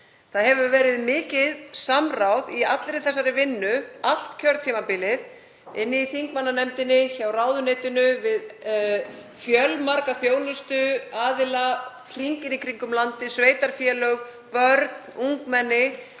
Það hefur verið mikið samráð í allri þessari vinnu allt kjörtímabilið, í þingmannanefndinni, hjá ráðuneytinu, við fjölmarga þjónustuaðila hringinn í kringum landið, sveitarfélög, börn, ungmenni